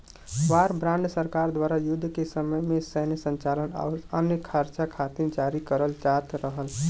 war bond सरकार द्वारा युद्ध के समय में सैन्य संचालन आउर अन्य खर्चा खातिर जारी करल जात रहल